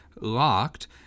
locked